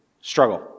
struggle